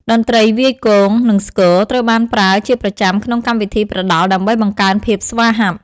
តន្ត្រីវាយគង និង ស្គរ ត្រូវបានប្រើជាប្រចាំក្នុងកម្មវិធីប្រដាល់ដើម្បីបង្កើនភាពស្វាហាប់។